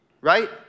Right